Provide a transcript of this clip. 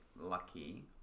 lucky